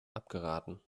abgeraten